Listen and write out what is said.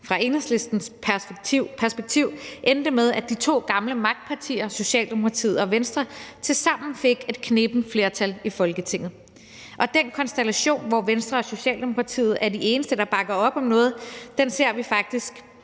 fra Enhedslistens perspektiv – endte med, at de to gamle magtpartier, Socialdemokratiet og Venstre, tilsammen fik et knebent flertal i Folketinget. Og den konstellation, hvor Venstre og Socialdemokratiet er de eneste, der bakker op om noget, ser vi faktisk